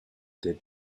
did